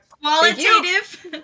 Qualitative